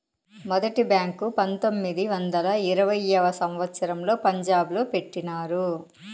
మొదటి బ్యాంకు పంతొమ్మిది వందల ఇరవైయవ సంవచ్చరంలో పంజాబ్ లో పెట్టినారు